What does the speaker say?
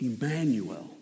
Emmanuel